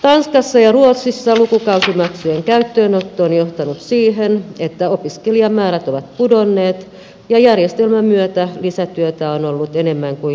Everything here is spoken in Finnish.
tanskassa ja ruotsissa lukukausimaksujen käyttöönotto on johtanut siihen että opiskelijamäärät ovat pudonneet ja järjestelmän myötä lisätyötä on ollut enemmän kuin lisätuloja